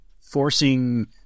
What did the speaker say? forcing